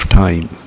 time